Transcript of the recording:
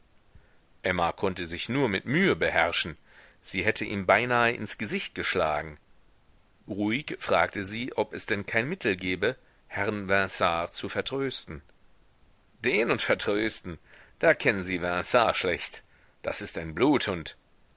emma konnte sich nur mit mühe beherrschen sie hätte ihm beinahe ins gesicht geschlagen ruhig fragte sie ob es denn kein mittel gebe herrn vinard zu vertrösten den und vertrösten da kennen sie vinard schlecht das ist ein bluthund